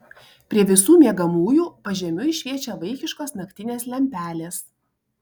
prie visų miegamųjų pažemiui šviečia vaikiškos naktinės lempelės